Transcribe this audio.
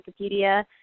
Wikipedia